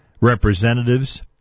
representatives